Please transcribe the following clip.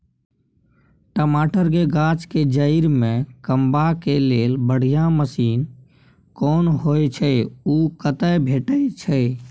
टमाटर के गाछ के जईर में कमबा के लेल बढ़िया मसीन कोन होय है उ कतय भेटय छै?